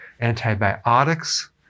antibiotics